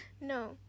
no